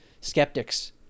skeptics